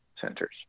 centers